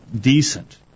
decent